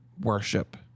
worship